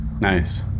Nice